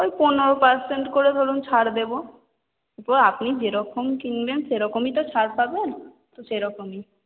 ওই পনেরো পার্সেন্ট করে ধরুন ছাড় দেব এরপর আপনি যেরকম কিনবেন সেরকমই তো ছাড় পাবেন তো সেরকমই